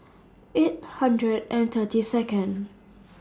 eight hundred and thirty Second